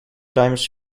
times